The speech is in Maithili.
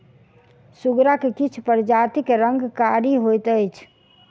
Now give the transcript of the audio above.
सुगरक किछु प्रजातिक रंग कारी होइत अछि